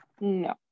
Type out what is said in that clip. No